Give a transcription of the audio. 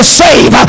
save